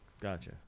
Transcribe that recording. Gotcha